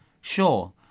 Sure